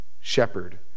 shepherd